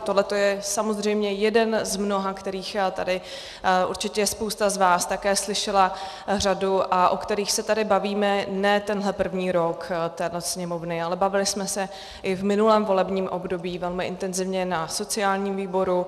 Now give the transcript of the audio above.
Tohleto je samozřejmě jeden z mnoha, kterých tady určitě spousta z vás také slyšela řadu a o kterých se tady bavíme ne tenhle první rok téhle Sněmovny, ale bavili jsme se i v minulém volebním období velmi intenzivně na sociálním výboru.